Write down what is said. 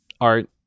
Art